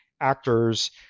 actors